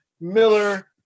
Miller